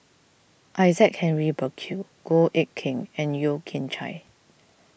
Isaac Henry Burkill Goh Eck Kheng and Yeo Kian Chye